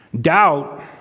Doubt